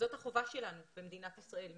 זאת החובה שלנו במדינת ישראל.